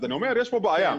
אז יש פה בעיה.